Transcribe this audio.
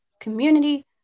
community